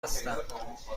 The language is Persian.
هستند